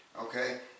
Okay